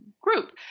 group